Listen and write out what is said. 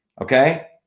okay